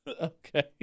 Okay